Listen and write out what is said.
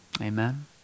amen